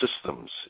systems